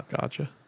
Gotcha